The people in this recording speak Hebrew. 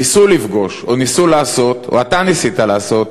ניסו לפגוש, או ניסו לעשות, או אתה ניסית לעשות,